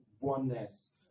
oneness